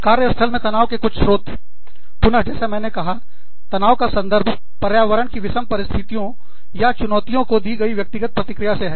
कार्यस्थल में तनाव के कुछ स्रोत पुन जैसा कि मैंने कहा तनाव का संदर्भ पर्यावरण की विषम परिस्थितियों या चुनौतियों को दी गई व्यक्तिगत प्रतिक्रिया से है